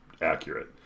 accurate